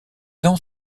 dans